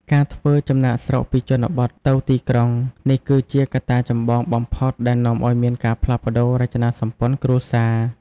ការធ្វើចំណាកស្រុកពីជនបទទៅទីក្រុង: នេះគឺជាកត្តាចម្បងបំផុតដែលនាំឱ្យមានការផ្លាស់ប្ដូររចនាសម្ព័ន្ធគ្រួសារ។